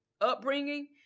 upbringing